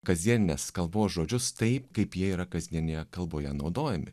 kasdieninės kalbos žodžius taip kaip jie yra kasdienėje kalboje naudojami